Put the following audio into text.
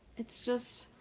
it's just,